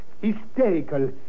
hysterical